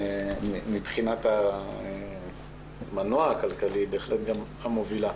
מבחינת המנוע הכלכלי, בהחלט המובילה.